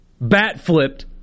bat-flipped